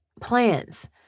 plans